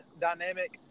dynamic